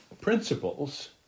principles